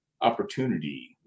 opportunity